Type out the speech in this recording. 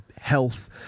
health